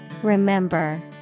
Remember